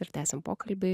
ir tęsim pokalbį